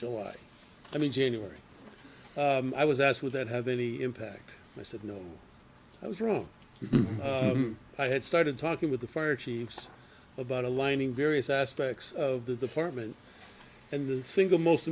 mean january i was asked would that have any impact i said no i was wrong i had started talking with the fire chiefs about aligning various aspects of the partment and the single most